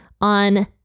on